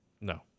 No